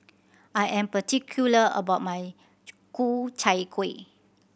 I am particular about my Ku Chai Kueh